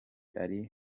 ari